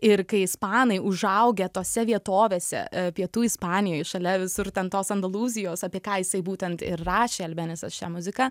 ir kai ispanai užaugę tose vietovėse pietų ispanijoj šalia visur ten tos andalūzijos apie ką jisai būtent ir rašė albenisas šią muziką